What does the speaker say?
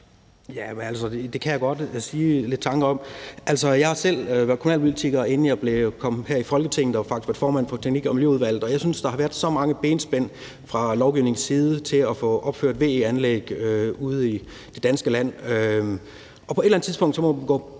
jeg kan godt sige lidt om vores tanker. Altså, jeg har selv været kommunalpolitiker, inden jeg kom herind i Folketinget, og har faktisk været formand for teknik- og miljøudvalget, og jeg synes, der har været så mange benspænd fra lovgivernes side i forhold til at få opført VE-anlæg ude i det danske land. Og på et eller andet tidspunkt må man gå